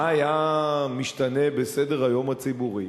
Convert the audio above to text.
מה היה משתנה בסדר-היום הציבורי?